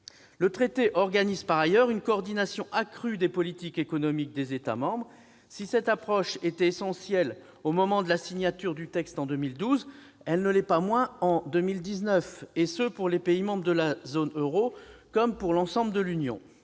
Le traité organise par ailleurs une coordination accrue des politiques économiques des États membres. Si cette approche était essentielle au moment de la signature du texte en 2012, elle ne l'est pas moins en 2019, pour les pays membres de la zone euro comme pour l'ensemble de l'Union.